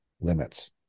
limits